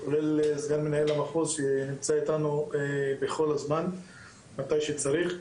כולל סגן מנהל המחוז שנמצא איתנו בכל הזמן ומתי שצריך,